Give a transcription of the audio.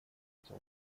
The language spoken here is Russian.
этим